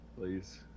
Please